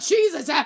Jesus